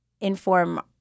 inform